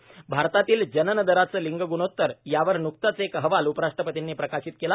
भारतातील जननदराचे लिंग गुणोतर यावर नुकताच एक अहवाल उपराष्ट्रपतींनी प्रकाशित केला